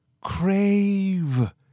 crave